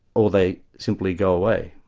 or they simply go away.